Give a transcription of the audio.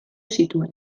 zituen